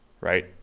right